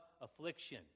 affliction